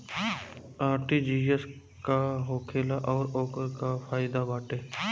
RTGS का होखेला और ओकर का फाइदा बाटे?